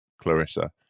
Clarissa